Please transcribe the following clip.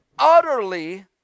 Utterly